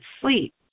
sleep